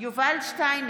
יובל שטייניץ,